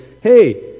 hey